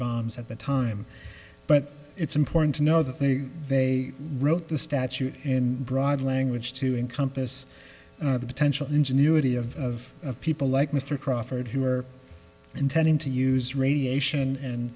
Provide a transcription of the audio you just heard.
bombs at the time but it's important to know that they they wrote the statute in broad language to encompass the potential ingenuity of people like mr crawford who are intending to use radiation